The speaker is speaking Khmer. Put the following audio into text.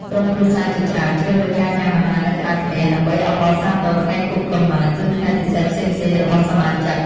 ក្រុមគ្រួសារជាច្រើនជ្រើសរើសការញ៉ាំអាហារនៅក្រៅផ្ទះ ដើម្បីអបអរសាទរថ្ងៃខួបកំណើត ឬថ្ងៃពិសេសផ្សេងៗរបស់សមាជិក។